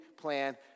plan